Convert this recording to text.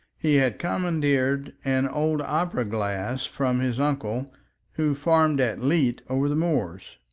he had commandeered an old opera-glass from his uncle who farmed at leet over the moors,